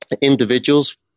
Individuals